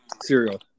cereal